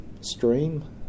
stream